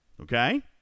okay